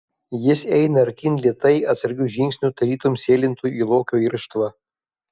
jis eina artyn lėtai atsargiu žingsniu tarytum sėlintų į lokio irštvą